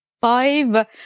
five